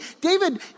David